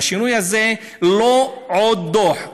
והשינוי הזה הוא לא עוד דוח,